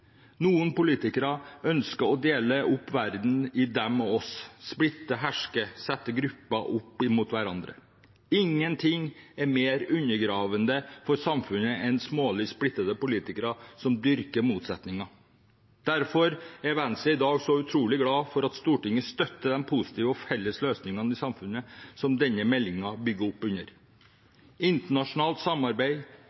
Noen politikere ønsker å dele opp verden i dem og oss, splitte og herske og sette grupper opp mot hverandre. Ingenting er mer undergravende for samfunnet enn smålig splittende politikere som dyrker motsetninger. Derfor er Venstre i dag så utrolig glad for at Stortinget støtter de positive og felles løsningene i samfunnet som denne meldingen bygger opp under: